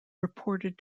reported